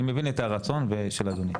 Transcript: אני מבין את הרצון של אדוני.